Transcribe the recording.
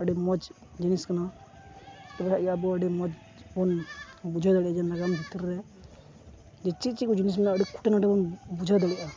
ᱟᱹᱰᱤ ᱢᱚᱡᱽ ᱡᱤᱱᱤᱥ ᱠᱟᱱᱟ ᱛᱟᱦᱚᱞᱮ ᱠᱷᱟᱱ ᱜᱮ ᱟᱵᱚ ᱟᱹᱰᱤ ᱢᱚᱡᱽ ᱵᱚᱱ ᱵᱩᱡᱷᱟᱹᱣ ᱫᱟᱲᱮᱭᱟᱜᱼᱟ ᱡᱮ ᱱᱟᱜᱟᱢ ᱵᱷᱤᱛᱤᱨ ᱨᱮ ᱡᱮ ᱪᱮᱫ ᱪᱮᱫ ᱠᱚ ᱡᱤᱱᱤᱥ ᱢᱮᱱᱟᱜᱼᱟ ᱟᱹᱰᱤ ᱠᱷᱩᱴᱮ ᱱᱟᱴᱮ ᱵᱚᱱ ᱵᱩᱡᱷᱟᱹᱣ ᱫᱟᱲᱮᱭᱟᱜᱼᱟ